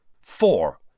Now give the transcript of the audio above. Four